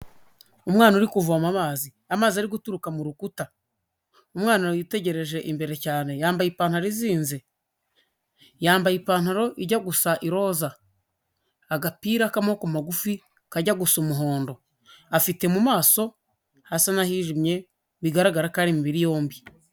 Umwana uri kuvoma amazi, amazi ari guturuka mu rukuta umwana wiyitegereje imbere cyane yambaye ipantaro izinze yambaye ipantaro ijya gusa iroza agapira k'amoboko magufi kajya gusa umuhondo. Afite mu maso hasa n'ahijimye bigaragara ko ari imibiri yombi.